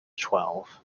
twelve